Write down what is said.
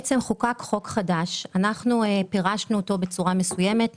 בעצם חוקק חוק חדש שאנחנו פירשנו בצורה מסוימת,